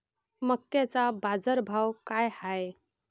मक्याचा बाजारभाव काय हाय?